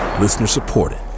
Listener-supported